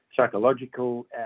psychological